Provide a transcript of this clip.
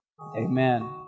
amen